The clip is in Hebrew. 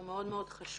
הוא מאוד מאוד חשוב,